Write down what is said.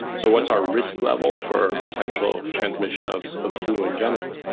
so what's our risk level for potential transmission of of flu in general?